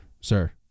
sir